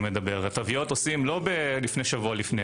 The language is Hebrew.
התוויות עושים לא שבוע לפני.